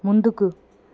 ముందుకు